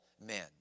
men